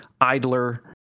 idler